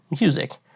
music